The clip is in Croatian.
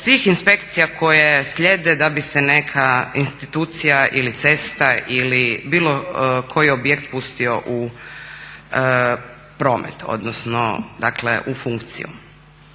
svih inspekcija koje slijede da bi se neka institucija ili cesta ili bilo koji objekt pustio u promet odnosno dakle u funkciju.